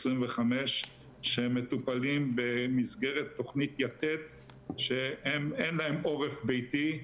25 שהם מטופלים במסגרת תכנית יתד שאין להם אורח ביתי.